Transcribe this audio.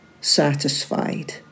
satisfied